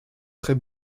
très